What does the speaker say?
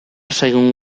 zaigun